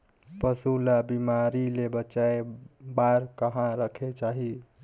पशु ला बिमारी ले बचाय बार कहा रखे चाही?